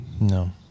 No